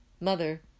Mother